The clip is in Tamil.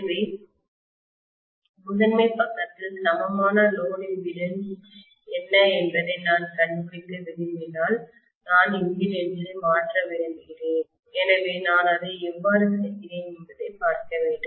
எனவே முதன்மை பக்கத்தில் சமமான லோடு இம்பிடிடன்ஸ் என்ன என்பதை நான் கண்டுபிடிக்க விரும்பினால் நான் இம்பிடிடன்ஸ் ஐ மாற்ற விரும்புகிறேன் எனவே நான் அதை எவ்வாறு செய்கிறேன் என்பதைப் பார்க்க வேண்டும்